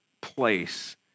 place